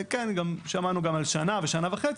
איך אנחנו מגנים בנושא הזה של אותם חיסונים לילדים עד גיל חמש?